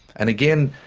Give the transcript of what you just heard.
and again,